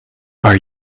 are